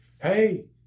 Hey